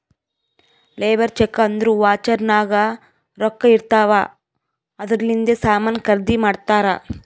labour check ಅಂದುರ್ voucher ನಾಗ್ ರೊಕ್ಕಾ ಇರ್ತಾವ್ ಅದೂರ್ಲಿಂದೆ ಸಾಮಾನ್ ಖರ್ದಿ ಮಾಡ್ತಾರ್